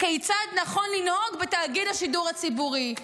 כיצד נכון לנהוג בתאגיד השידור הציבורי.